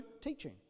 teaching